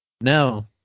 no